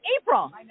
April